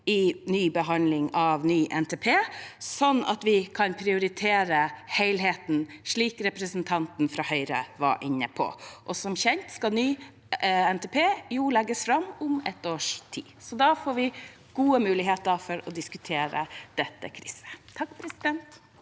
inn i behandlingen av ny NTP, slik at vi kan prioritere helheten, slik representanten fra Høyre var inne på. Som kjent skal ny NTP legges fram om et års tid. Da får vi gode muligheter til å diskutere dette krysset. André N.